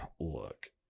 Look